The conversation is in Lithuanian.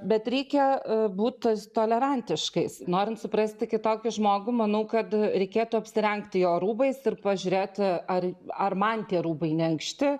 bet reikia būti tolerantiškais norint suprasti kitokį žmogų manau kad reikėtų apsirengti jo rūbais ir pažiūrėti ar ar man tie rūbai ne ankšti